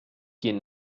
quien